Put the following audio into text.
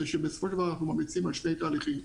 שבסופו של דבר אנחנו ממליצים על שני תהליכים.